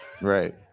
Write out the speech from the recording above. Right